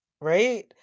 Right